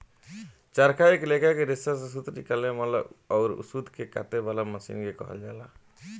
चरखा एक लेखा के रेसा से सूत निकाले वाला अउर सूत के काते वाला मशीन के कहल जाला